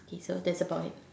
okay so that's about it